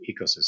ecosystem